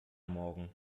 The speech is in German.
morgen